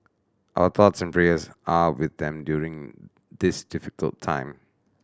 our thoughts and prayers are with them during this difficult time